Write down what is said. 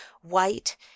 white